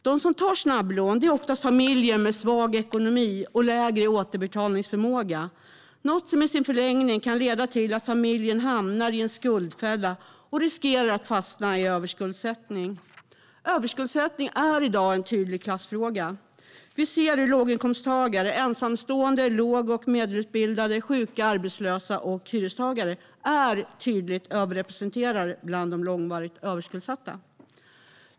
De som tar snabblån är oftast familjer med svag ekonomi och lägre återbetalningsförmåga, något som i sin förlängning kan leda till att familjen hamnar i en skuldfälla och riskerar att fastna i överskuldsättning. Överskuldsättning är i dag en tydlig klassfråga. Vi ser hur låginkomsttagare, ensamstående, låg och medelutbildade, sjuka, arbetslösa och hyrestagare är tydligt överrepresenterade bland de långvarigt överskuldsatta.